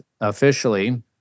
officially